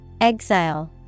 Exile